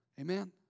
Amen